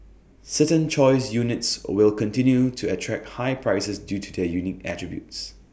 certain choice units will continue to attract high prices due to their unique attributes